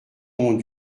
ont